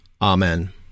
Amen